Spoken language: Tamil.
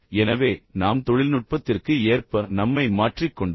எனவே நாம் தொழில்நுட்பத்திற்கு ஏற்ப நம்மை மாற்றிக்கொண்டோம்